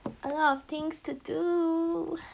a lot of things to do